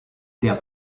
der